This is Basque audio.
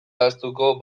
ahaztuko